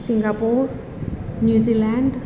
Singapore New Zealand